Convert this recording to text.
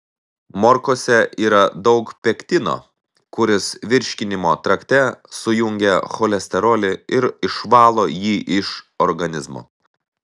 morkose yra daug pektino kuris virškinimo trakte sujungia cholesterolį ir išvalo jį iš organizmo